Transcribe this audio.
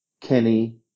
Kenny